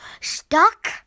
Stuck